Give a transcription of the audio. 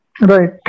Right